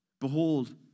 Behold